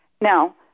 Now